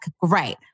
great